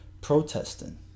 protesting